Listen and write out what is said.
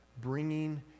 bringing